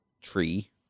tree